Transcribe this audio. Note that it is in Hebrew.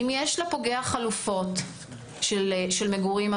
אם יש לפוגע חלופות של מגורים,